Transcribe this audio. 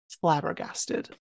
flabbergasted